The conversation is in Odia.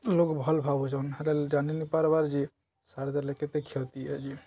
ଲୋକ ଭଲ୍ ଭାବୁଚନ୍ ହେଲେ ଜାିନି ପାର୍ବାର୍ ଯେ ସାରିଦା ଲେ କେେତେ କ୍ଷତିିଏ ଯେ